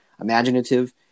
imaginative